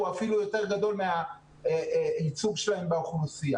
הוא אפילו יותר גדול מהייצוג שלהם באוכלוסייה.